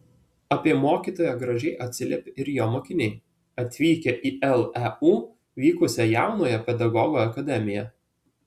apie mokytoją gražiai atsiliepė ir jo mokiniai atvykę į leu vykusią jaunojo pedagogo akademiją